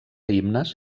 himnes